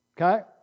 okay